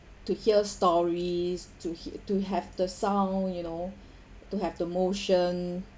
to hear stories to hear to have the sound you know to have the motion